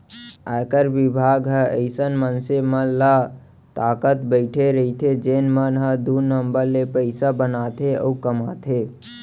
आयकर बिभाग ह अइसन मनसे मन ल ताकत बइठे रइथे जेन मन ह दू नंबर ले पइसा बनाथे अउ कमाथे